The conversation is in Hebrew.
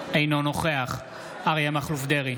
נגד יאסר חוג'יראת, בעד אימאן ח'טיב יאסין,